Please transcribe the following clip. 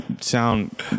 sound